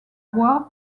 bois